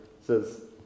says